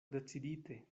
decidite